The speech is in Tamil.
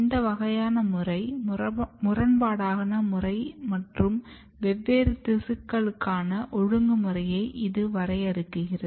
இந்த வகையான முறை முரண்பாடான முறை மற்றும் வெவ்வேறு திசுக்களுக்கான ஒழுங்குமுறையை இது வரையறுக்கிறது